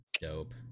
Dope